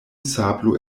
sablo